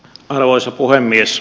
arvoisa puhemies